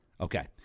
Okay